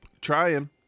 trying